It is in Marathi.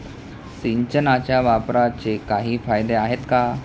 सिंचनाच्या वापराचे काही फायदे आहेत का?